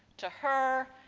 to her,